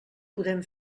podem